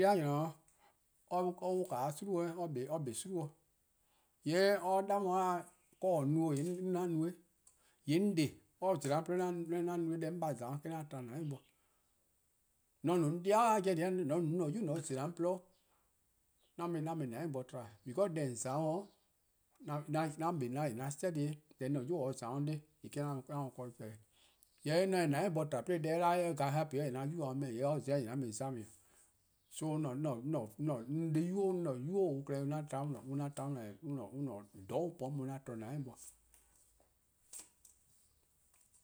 'An 'de-di :nynor :dao' or 'wluh 'o :gwie: 'i weh, 'kpa 'de :gwie: 'i, :yee' :mor or 'da 'on or 'da ka :on no 'o :yee' 'an no-eh :yee' 'on 'de :mor or zela: 'on deh :gwluhuh' 'an no-eh, deh 'on :baa' zela-a 'on :gwluhuh' eh-: 'an to :dou'+ bo. :mor :on no 'on 'dei' yu-a 'jeh, :mor :on no 'an-a' 'yu, :mor :on zela: 'on deh :gwluhuh 'an mu :dou'+ bo :to, because deh :on za :mor 'on 'kpa 'nynor :yee' an study eh, :yee deh 'an-a'a: 'yu :daa or za eh-: an mu ya pobo-'. :yee' :mor 'on se-eh :dou'+ bo :to 'de deh 'ye kpa :yee' 'an yuba-a mu 'meh-', :yee' :mor or za-eh :yee' an mu-eh examine. So 'an 'de-di :doi'-: 'an-a' 'nynuu: 'o-: an-a' :dhororn' an po-a 'on 'an to 'o :dou'+ bo.